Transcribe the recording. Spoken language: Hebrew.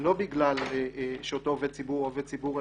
לא בגלל שאותו עובד ציבור הוא עובד ציבור,